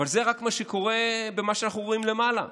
זה רק מה שקורה במה שאנחנו רואים למעלה,